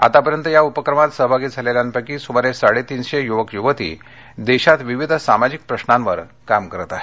आतापर्यंत या उपक्रमात सहभागी झालेल्यांपैकी सुमारे साडे तीनशे युवक युवती देशांत विविध सामाजिक प्रश्नांवर काम करत आहेत